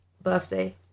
birthday